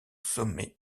sommet